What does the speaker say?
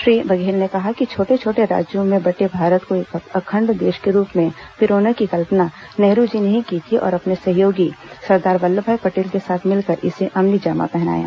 श्री बघेल ने कहा कि छोटे छोटे राज्यों में बंटे भारत को एक अखण्ड देश के रूप में पिरोने की कल्पना नेहरू जी ने ही की थी और अपने सहयोगी सरदार वल्लभभाई पटेल के साथ मिलकर इसे अमलीजामा पहनाया